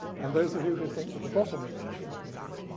and those of you who think the the bottom image is vermeer's.